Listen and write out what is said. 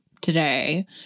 today